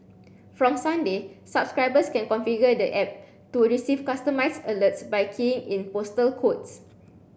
from Sunday subscribers can configure the app to receive customised alerts by keying in postal codes